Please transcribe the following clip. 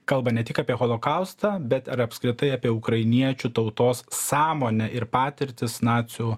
kalba ne tik apie holokaustą bet ir apskritai apie ukrainiečių tautos sąmonę ir patirtis nacių